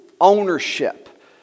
ownership